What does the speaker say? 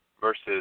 versus